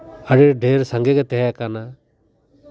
ᱟᱹᱰᱤ ᱰᱷᱮᱨ ᱥᱟᱝᱜᱮ ᱜᱮ ᱛᱟᱦᱮᱸ ᱠᱟᱱᱟ